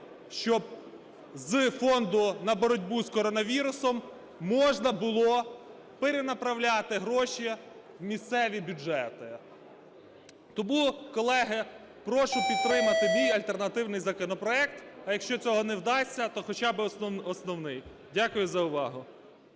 щоб з фонду на боротьбу з коронавірусом можна було перенаправляти гроші в місцеві бюджети. Тому, колеги, прошу підтримати мій альтернативний законопроект. А якщо цього не вдасться, то хоча би основний. Дякую за увагу.